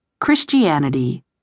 Christianity